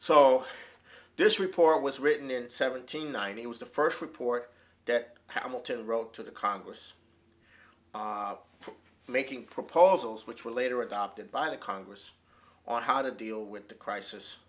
so this report was written in seventy nine it was the first report that how milton wrote to the congress making proposals which were later adopted by the congress on how to deal with the crisis